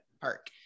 Park